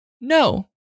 No